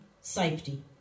safety